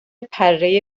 پره